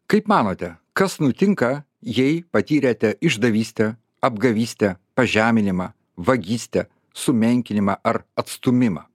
kaip manote kas nutinka jei patyrėte išdavystę apgavystę pažeminimą vagystę sumenkinimą ar atstūmimą